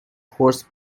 horse